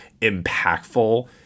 impactful